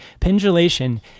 pendulation